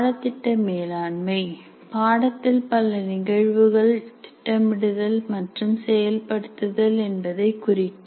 பாடத்திட்ட மேலாண்மை பாடத்தில் பல நிகழ்வுகளை திட்டமிடுதல் மற்றும் செயல்படுத்துதல் என்பதை குறிக்கும்